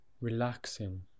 Relaxing